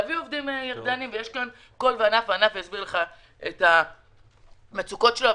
להביא עובדים ירדנים וכל ענף כאן יסביר לך את המצוקות שלו.